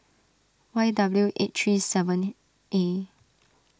Y W H eight three seven A